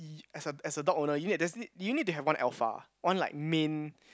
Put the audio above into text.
y~ as a as a dog owner you need there's a need you need to have one alpha one like main